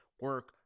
Work